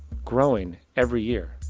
growing every year.